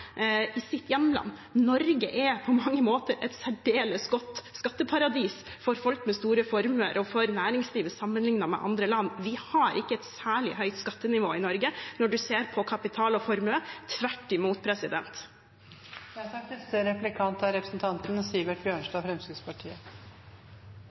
i sitt hjemland. Norge er på mange måter et særdeles godt skatteparadis for folk med store formuer og for næringslivet sammenliknet med andre land. Vi har ikke et særlig høyt skattenivå i Norge når man ser på kapital og formue, tvert imot.